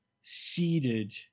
seated